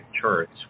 charts